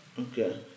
Okay